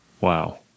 Wow